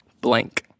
Blank